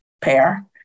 pair